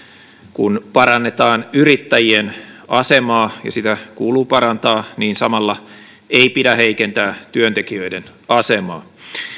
kun parannetaan yrittäjien asemaa ja sitä kuuluu parantaa niin samalla ei pidä heikentää työntekijöiden asemaa